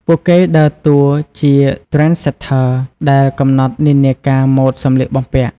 ពួកគេដើរតួជា Trendsetter ដែលកំណត់និន្នាការម៉ូតសម្លៀកបំពាក់។